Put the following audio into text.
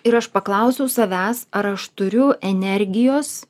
ir aš paklausiau savęs ar aš turiu energijos